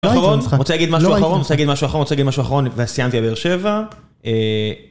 אחרון, רוצה להגיד משהו אחרון, רוצה להגיד משהו אחרון, ואז סיימתי עם באר שבע.